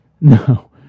No